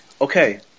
okay